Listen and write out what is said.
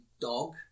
dog